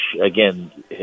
again